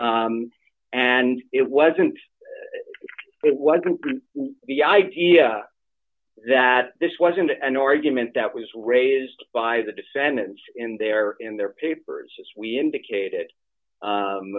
yes and it wasn't it wasn't the idea that this wasn't an argument that was raised by the descendants in their in their papers as we indicated